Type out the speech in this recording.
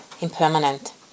impermanent